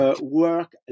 work